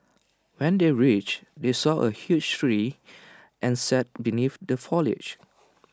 when they reached they saw A huge tree and sat beneath the foliage